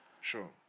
sure